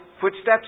footsteps